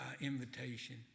invitation